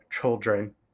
children